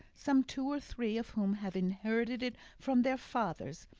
some two or three of whom have inherited it from their fathers,